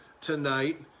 tonight